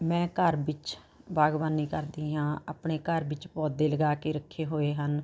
ਮੈਂ ਘਰ ਵਿੱਚ ਬਾਗ਼ਬਾਨੀ ਕਰਦੀ ਹਾਂ ਆਪਣੇ ਘਰ ਵਿੱਚ ਪੌਦੇ ਲਗਾ ਕੇ ਰੱਖੇ ਹੋਏ ਹਨ